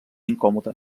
incòmode